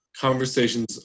conversations